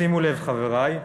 שימו לב, חברי: